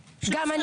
נמוך.